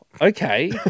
okay